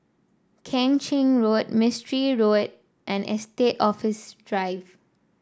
Keng Chin Road Mistri Road and Estate Office Drive